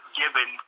given